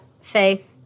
faith